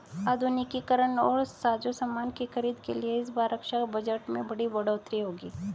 आधुनिकीकरण और साजोसामान की खरीद के लिए इस बार रक्षा बजट में बड़ी बढ़ोतरी होगी